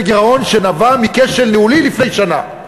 זה גירעון שנבע מכשל ניהולי לפני שנה.